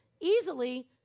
easily